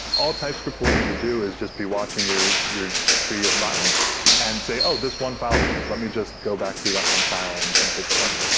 all typescript will need to do is just be watching your your tree of files and say, oh, this one file changed. let me just go back through that one file and and take a look.